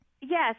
Yes